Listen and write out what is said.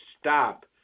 stop